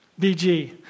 BG